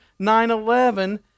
9-11